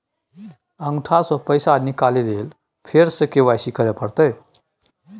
अंगूठा स पैसा निकाले लेल फेर स के.वाई.सी करै परतै?